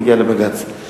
מגיע לבג"ץ.